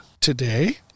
today